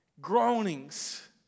groanings